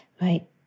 Right